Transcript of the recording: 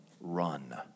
run